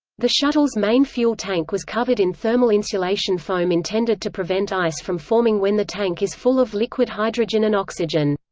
the shuttle's main fuel tank was covered in thermal insulation foam intended to prevent ice from forming when the tank is full of liquid hydrogen and oxygen.